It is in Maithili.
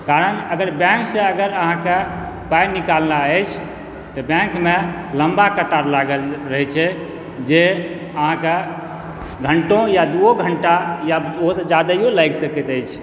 कारण अगर बैंक सॅं अगर अहाँके पाइ निकालनाइ अछि तऽ बैंकमे लम्बा चक्कर लागल रहै छै जे अहाँके घंटो या दूओ घंटा या ओहो से जादा लागि सकैत अछि